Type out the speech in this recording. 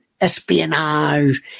espionage